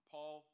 Paul